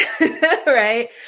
Right